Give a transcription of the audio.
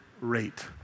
rate